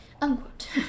Unquote